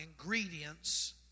ingredients